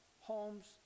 homes